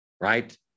Right